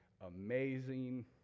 amazing